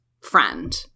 friend